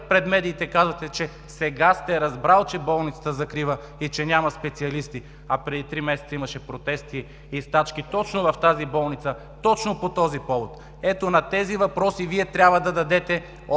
пред медиите казвате, че сега сте разбрал, че болницата се закрива и че няма специалисти, а преди три месеца имаше протести и стачки точно в тази болница, точно по този повод? Ето на тези въпроси Вие трябва да дадете